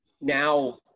now